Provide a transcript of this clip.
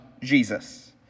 Jesus